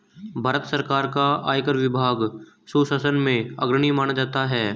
भारत सरकार का आयकर विभाग सुशासन में अग्रणी माना जाता है